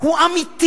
הוא אמיתי.